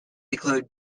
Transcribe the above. include